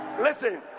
Listen